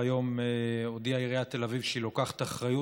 היום הודיעה עיריית תל אביב שהיא לוקחת אחריות,